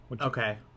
Okay